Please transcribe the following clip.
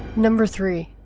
number three.